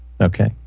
Okay